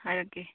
ꯍꯥꯏꯔꯛꯀꯦ